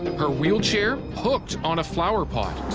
her wheelchair hooked on a flower pot.